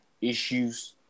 issues